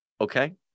Okay